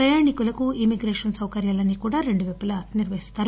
ప్రయాణికుల ఇమ్మిగ్రేషన్ సౌకర్యాలన్నీ కూడా రెండు వైపులా నిర్వహిస్తారు